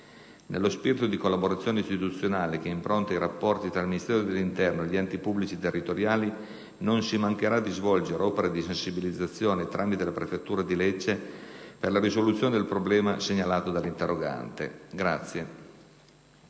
Nello spirito di collaborazione istituzionale che impronta i rapporti tra il Ministero dell'interno e gli enti pubblici territoriali, non si mancherà di svolgere opera di sensibilizzazione tramite la prefettura di Lecce per la risoluzione del problema segnalato dall'interrogante.